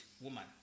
woman